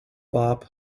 bop